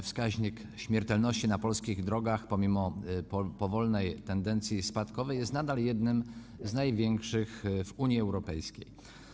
Wskaźnik śmiertelności na polskich drogach pomimo powolnej tendencji spadkowej jest nadal jednym z największych w Unii Europejskiej.